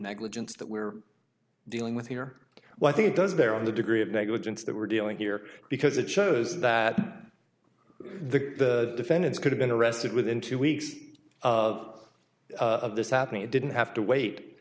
negligence that we're dealing with here well i think it does bear on the degree of negligence that we're dealing here because it shows that the defendants could have been arrested within two weeks of this happening it didn't have to wait